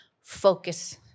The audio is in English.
Focus